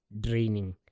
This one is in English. draining